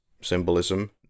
symbolism